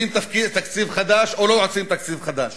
עושים תקציב חדש או לא עושים תקציב חדש,